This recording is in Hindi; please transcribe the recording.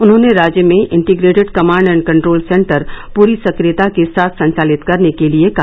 उन्होंने राज्य में integrated command and control centre पूरी सक्रियता के साथ संचालित करने के लिये कहा